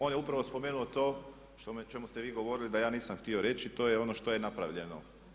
On je upravo spomenuo to o čemu ste vi govorili da ja nisam htio reći, to je ono što je napravljeno.